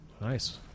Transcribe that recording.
Nice